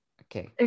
okay